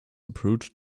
approach